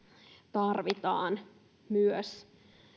tarvitaan myös